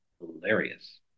hilarious